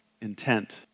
intent